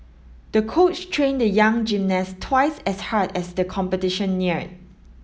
the coach trained the young gymnast twice as hard as the competition neared